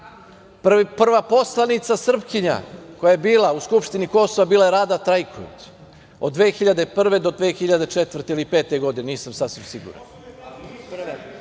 Prva poslanica Srpkinja koja je bila u skupštini Kosova, bila je Rada Trajković, od 2001. do 2004. ili 2005. godine, nisam sasvim siguran.